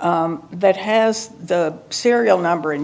that has the serial number in